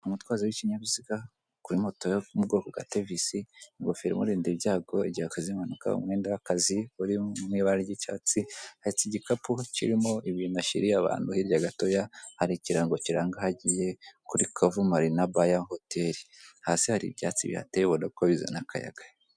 Umutwazi w'ikinyabiziga kuri moto yo mu bwoko bwa tevisi, ingofero imurinda ibyago, igihe akoze impanuka, umwenda w'akazi uri mu ibara ry'icyatsi, ahetse igikapu kirimo ibintu ashyiriye abantu, hirya gatoya hari ikirango kiranga aho agiye kuri kavu marina baya hoteri, hasi hari ibyatsi bihateye ubona ko bizana akayaga.